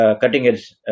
Cutting-edge